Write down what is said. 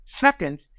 second